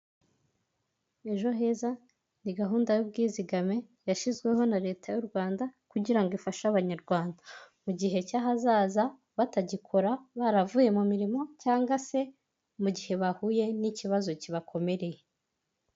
Ejo heza ni gahunda y'ubwizigame yashyizweho na leta y'u Rwanda, kugira ifashe abanyarwanda mu gihe cy'ahazaza, batagikora, baravuye, mu mirimo cyangwa se, mu gihe bahuye n'ikibazo kibakomereye.